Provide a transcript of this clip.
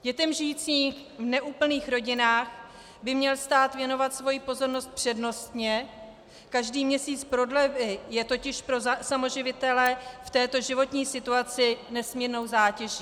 Dětem žijícím v neúplných rodinách by měl stát věnovat svoji pozornost přednostně, každý měsíc prodlevy je totiž pro samoživitele v této životní situaci nesmírnou zátěží.